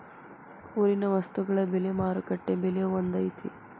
ಊರಿನ ವಸ್ತುಗಳ ಬೆಲೆ ಮಾರುಕಟ್ಟೆ ಬೆಲೆ ಒಂದ್ ಐತಿ?